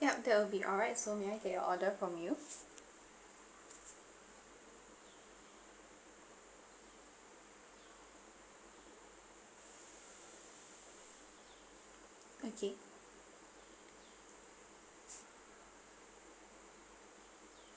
ya that'll be all right so may I get your order from you okay